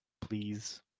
please